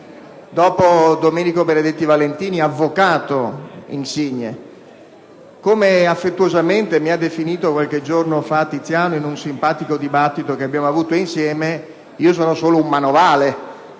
dopo il senatore Benedetti Valentini, avvocato insigne. Come affettuosamente mi ha definito qualche giorno fa il senatore Treu in un simpatico dibattito che abbiamo avuto insieme, sono solo un manovale,